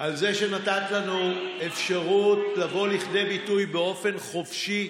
על זה שנתת לנו אפשרות לבוא לידי ביטוי באופן חופשי,